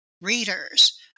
readers